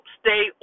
stay